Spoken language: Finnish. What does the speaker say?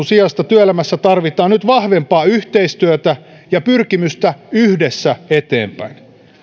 sijasta työelämässä tarvittaisiin nyt vahvempaa yhteistyötä ja pyrkimystä yhdessä eteenpäin